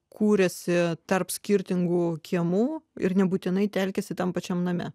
kūrėsi tarp skirtingų kiemų ir nebūtinai telkiasi tam pačiam name